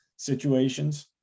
situations